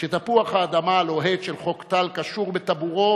שתפוח האדמה הלוהט של חוק טל קשור בטבורו